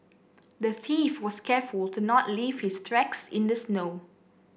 the thief was careful to not leave his tracks in the snow